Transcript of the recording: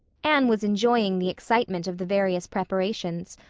anne was enjoying the excitement of the various preparations,